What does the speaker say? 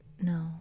no